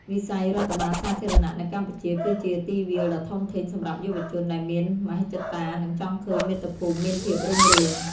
វិស័យរដ្ឋបាលសាធារណៈនៅកម្ពុជា គឺជាទីវាលដ៏ធំធេងសម្រាប់យុវជនដែលមានមហិច្ឆតា និងចង់ឃើញមាតុភូមិមានភាពរុងរឿង។